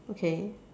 okay